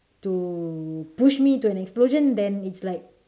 to push me to an explosion then it's like